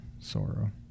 sorrow